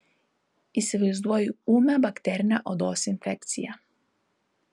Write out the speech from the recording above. įsivaizduoju ūmią bakterinę odos infekciją